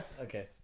Okay